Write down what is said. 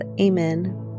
Amen